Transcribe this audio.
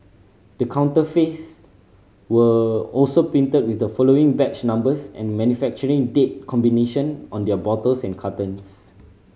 the counterfeits were also printed with the following batch numbers and manufacturing date combination on their bottles and cartons